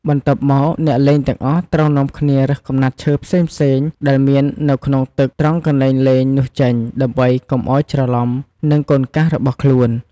បន្ទាប់មក អ្នកលេងទាំងអស់គ្នាត្រូវនាំគ្នារើសកំណាត់ឈើផ្សេងៗដែលមាននៅក្នុងទឹកត្រង់កន្លែងលេងនោះចេញ ដើម្បីកុំឲ្យច្រឡំនឹង "កូនកាស" របស់ខ្លួន។